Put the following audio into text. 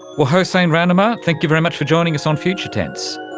well, hossein rahnama, thank you very much for joining us on future tense.